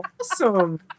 awesome